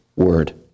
word